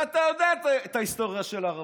אתה יודע את ההיסטוריה של הר הבית,